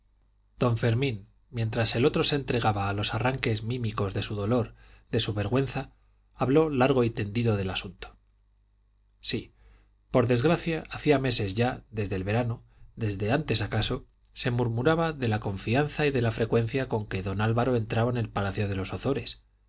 don fermín mientras el otro se entregaba a los arranques mímicos de su dolor de su vergüenza habló largo y tendido del asunto sí por desgracia hacía meses ya desde el verano desde antes acaso se murmuraba de la confianza y de la frecuencia con que don álvaro entraba en el palacio de los